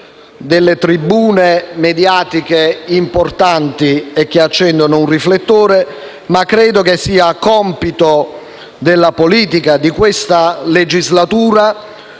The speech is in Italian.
hanno tribune mediatiche importanti e accendono un riflettore, dimostra come sia compito della politica di questa legislatura